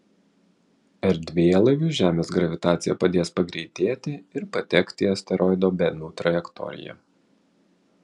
erdvėlaiviui žemės gravitacija padės pagreitėti ir patekti į asteroido benu trajektoriją